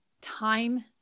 time